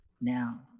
now